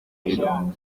hilo